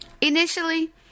Initially